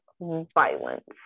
violence